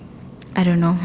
I don't know